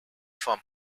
from